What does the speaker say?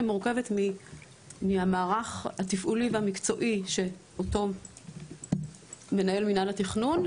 ומורכבת מהמערך התפעולי והמקצועי של אותו מנהל מינהל התכנון,